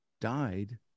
died